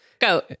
go